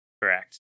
Correct